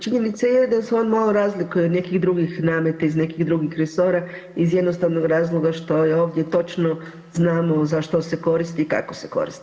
Činjenica je da se on malo razlikuje od nekih drugih nameta iz nekih drugih resora iz jednostavnog razloga što ovdje točno znamo za što se koristi i kako se koristi.